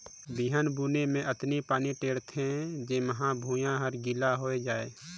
बिहन बुने मे अतनी पानी टेंड़ थें जेम्हा भुइयां हर गिला होए जाये